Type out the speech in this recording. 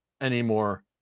anymore